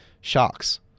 Sharks